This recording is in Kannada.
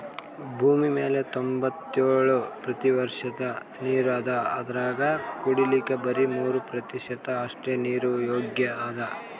ಭೂಮಿಮ್ಯಾಲ್ ತೊಂಬತ್ತೆಳ್ ಪ್ರತಿಷತ್ ನೀರ್ ಅದಾ ಅದ್ರಾಗ ಕುಡಿಲಿಕ್ಕ್ ಬರಿ ಮೂರ್ ಪ್ರತಿಷತ್ ಅಷ್ಟೆ ನೀರ್ ಯೋಗ್ಯ್ ಅದಾ